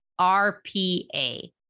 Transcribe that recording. RPA